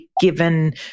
given